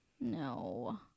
no